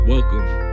Welcome